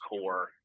core